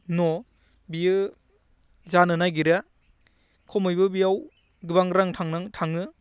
न' बेयो जानो नागिरा खमैबो बेयाव गोबां रां थाङो